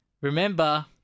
Remember